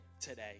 today